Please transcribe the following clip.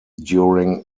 during